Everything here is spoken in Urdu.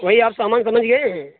بھائی آپ سامان سمجھ گئے ہیں